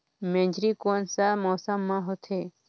मेझरी कोन सा मौसम मां होथे?